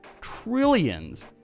trillions